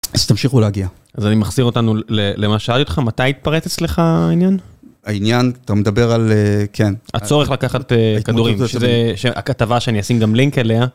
אז תמשיכו להגיע אז אני מחזיר אותנו למשל אותך מתי יתפרץ אצלך העניין העניין אתה מדבר על כן הצורך לקחת כדורים שזה הכתבה שאני אשים גם לינק אליה.